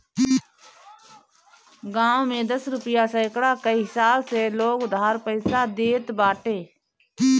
गांव में दस रुपिया सैकड़ा कअ हिसाब से लोग उधार पईसा देत बाटे